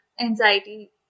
anxiety